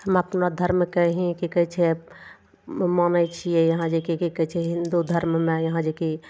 हम अपना धर्मके ही कि कहै छै मानै छियै यहाँ जे की कि कहै छै हिन्दू धर्ममे यहाँ जे कि